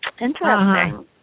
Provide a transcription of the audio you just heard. Interesting